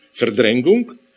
verdrängung